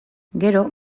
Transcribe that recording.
gero